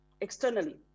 externally